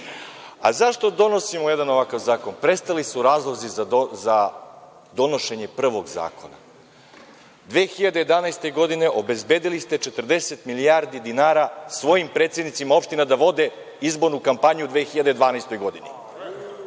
zašto donosimo jedan ovakav zakon? Prestali su razlozi za donošenje prvog zakona. Godine 2011. obezbedili ste 40 milijardi dinara svojim predsednicima opština da vode izbornu kampanju u 2012. godini.